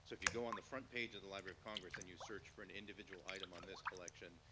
so if you go on the front page of the library of congress and you search for an individual item on this collection,